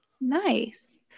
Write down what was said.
nice